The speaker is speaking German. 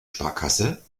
sparkasse